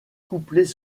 couplets